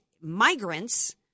migrants